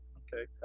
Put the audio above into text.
ok.